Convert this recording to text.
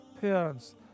parents